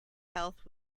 health